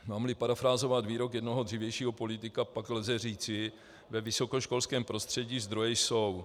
Mámli parafrázovat výrok jednoho dřívějšího politika, pak lze říci: ve vysokoškolském prostředí zdroje jsou.